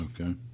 Okay